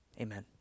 amen